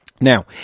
Now